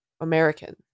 American